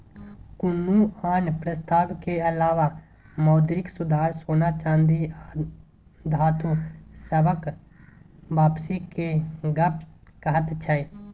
कुनु आन प्रस्ताव के अलावा मौद्रिक सुधार सोना चांदी आ धातु सबहक वापसी के गप कहैत छै